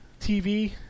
TV